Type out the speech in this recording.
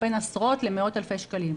בין עשרות למאות אלפי שקלים.